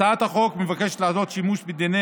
הצעת החוק מבקשת לעשות שימוש בדיני